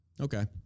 Okay